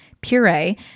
puree